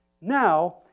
Now